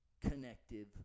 connective